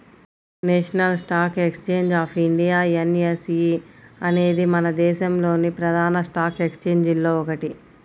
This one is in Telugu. national stock exchange of India NSE అనేది మన దేశంలోని ప్రధాన స్టాక్ ఎక్స్చేంజిల్లో ఒకటి